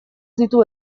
ditu